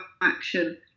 action